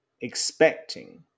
expecting